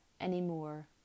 anymore